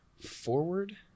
forward